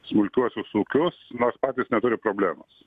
smulkiuosius ūkius nors patys neturi problemos